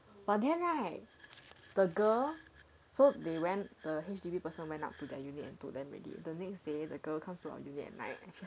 but then right the girl so they went the H_D_B person went up to their unit to them already the next day the girl come to our unit at night